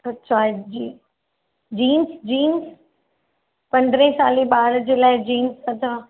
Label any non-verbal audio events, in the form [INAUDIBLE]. अच्छा [UNINTELLIGIBLE] jeans jeans पंद्रहें साल जे ॿारु जे लाइ जींस